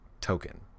token